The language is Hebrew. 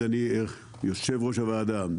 יו"ר הוועדה,